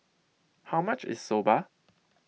how much is Soba